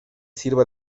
sirva